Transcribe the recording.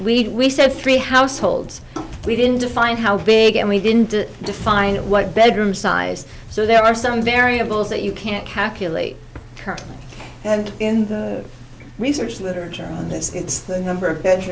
need we said three households we didn't define how big and we didn't define what bedroom size so there are some variables that you can't calculate currently and in the research literature on this it's the number of